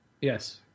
Yes